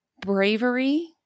Bravery